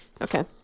Okay